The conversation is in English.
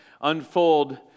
unfold